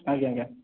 ଆଜ୍ଞା ଆଜ୍ଞା